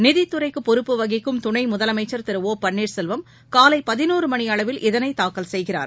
நிதித்துறைக்கு பொறுப்பு வகிக்கும் துணைமுதலமைச்சர் திரு ஒ பன்னீர்செல்வம் காலை பதினோரு மணியளவில் இதனை தாக்கல் செய்கிறார்